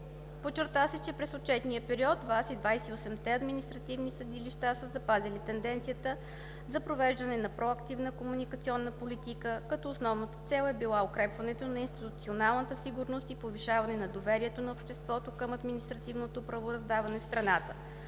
Подчерта се, че през отчетния период ВАС и 28-те административни съдилища са запазили тенденцията за провеждане на проактивна комуникационна политика, като основната цел е била укрепването на институционалната сигурност и повишаване на доверието на обществото към административното правораздаване в страната.